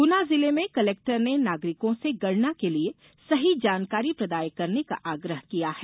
गुना जिले में कलेक्टर ने नागरिकों से गणना के लिए सही जानकारी प्रदाय करने का आग्रह किया है